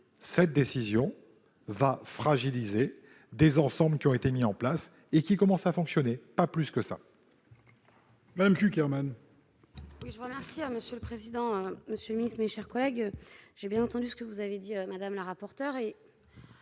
Cette décision fragilisera des ensembles qui ont été mis en place et commencent à fonctionner. C'est tout ce que